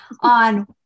on